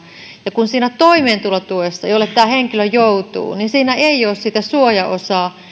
ja kun siinä toimeentulotuessa jolle tämä henkilö joutuu ei ole sitä suojaosaa